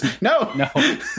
No